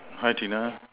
why Tina